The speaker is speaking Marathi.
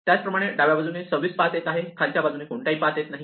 त्याचप्रमाणे डाव्या बाजूने 26 पाथ येत आहे खालच्या बाजूने कोणताही पाथ येत नाही